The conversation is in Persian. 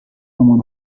رمان